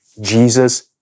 Jesus